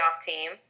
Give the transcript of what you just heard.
team